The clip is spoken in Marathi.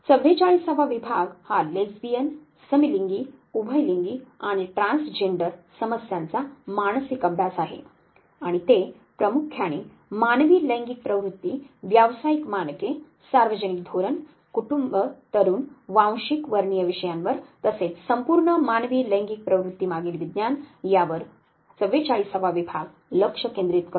44 वा विभाग हा लेस्बियन समलिंगी उभयलिंगी आणि ट्रान्सजेंडर समस्यांचा मानसिक अभ्यास आहे आणि ते प्रामुख्याने मानवी लैंगिक प्रवृत्ती व्यावसायिक मानके सार्वजनिक धोरण तरुण कुटुंब वांशिक वर्णीय विषयांवर तसेच संपूर्ण मानवी लैंगिक प्रवृत्तीमागील विज्ञान यावर 44 वा विभाग लक्ष केंद्रित करतो